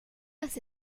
las